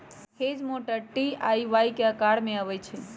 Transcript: hedge mower T आ Y के अकार में अबई छई